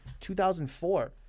2004